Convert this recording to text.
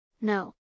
No